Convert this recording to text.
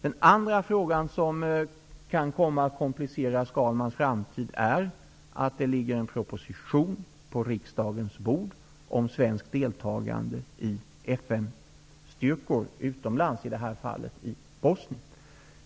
En annan sak som kan komma att komplicera Skalmans framtid är att det ligger en proposition på riksdagens bord om svenskt deltagande i FN styrkor i Bosnien.